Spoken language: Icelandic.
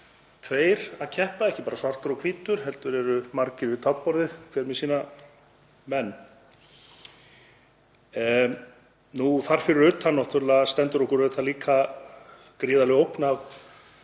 tveir að keppa, ekki bara svartur og hvítur, heldur eru margir við taflborðið hver með sína menn. Þar fyrir utan stendur okkur líka gríðarleg ógn af